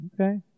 Okay